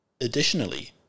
Additionally